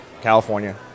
California